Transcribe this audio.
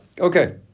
Okay